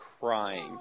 crying